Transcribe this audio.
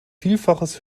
vielfaches